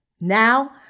Now